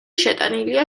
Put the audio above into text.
შეტანილია